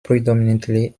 predominantly